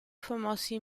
famosi